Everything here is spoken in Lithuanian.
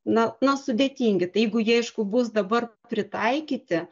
na na sudėtingi tai jeigu jie aišku bus dabar pritaikyti